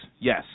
Yes